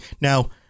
Now